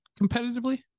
competitively